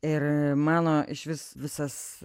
ir mano išvis visas